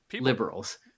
liberals